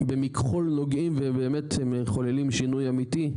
במכחול נוגעים ובאמת מחוללים שינוי אמיתי,